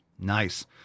Nice